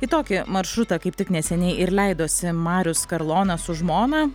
į tokį maršrutą kaip tik neseniai ir leidosi marius karlonas su žmona